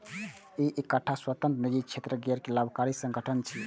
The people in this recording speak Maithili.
ई एकटा स्वतंत्र, निजी क्षेत्रक गैर लाभकारी संगठन छियै